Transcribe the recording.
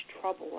trouble